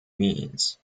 means